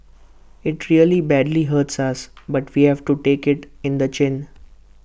IT really badly hurts us but we have to take IT in the chin